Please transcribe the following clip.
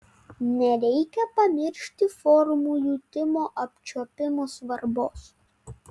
nereikia pamiršti formų jutimo apčiuopimu svarbos